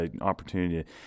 opportunity